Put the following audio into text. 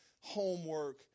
homework